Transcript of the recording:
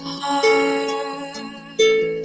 heart